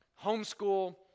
homeschool